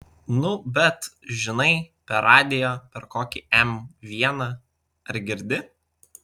nu bet žinai per radiją per kokį m vieną ar girdi